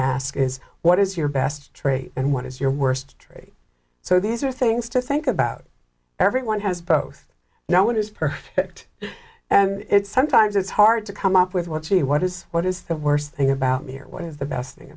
ask is what is your best trait and what is your worst trait so these are things to think about everyone has both no one is perfect and sometimes it's hard to come up with what you what is what is the worst thing about me or what is the best thing